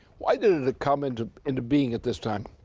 why did it come into into being at this time?